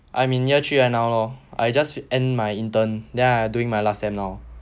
I'm in year three now lor I just end my intern ya I'm doing my last sem now